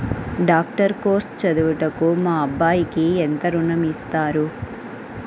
Doctor course చదువుటకు మా అబ్బాయికి ఎంత ఋణం ఇస్తారు?